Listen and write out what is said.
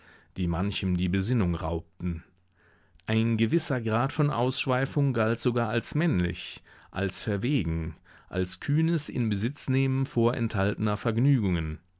die manchem die besinnung raubten ein gewisser grad von ausschweifung galt sogar als männlich als verwegen als kühnes inbesitznehmen vorenthaltener vergnügungen